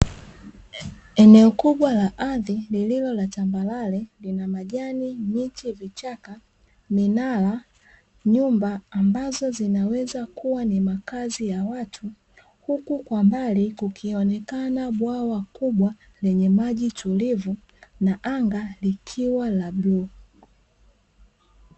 Eneo kubwa la ardhi lililo la tambarale lina majani, miche vichaka, minara, nyumba ambazo zinaweza kuwa ni makazi ya watu, huku kwa mbali likionekana bwawa kubwa lenye maji tulivu na anga likiwa la bluu.